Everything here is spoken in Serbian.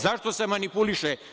Zašto se manipuliše?